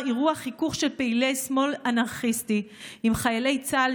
אירוע חיכוך של פעילי שמאל אנרכיסטי עם חיילי צה"ל,